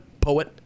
poet